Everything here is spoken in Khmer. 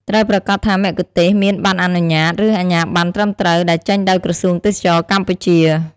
ត្រូវប្រាកដថាមគ្គុទ្ទេសក៍មាន ប័ណ្ណអនុញ្ញាត ឬអាជ្ញាប័ណ្ណត្រឹមត្រូវ ដែលចេញដោយក្រសួងទេសចរណ៍កម្ពុជា។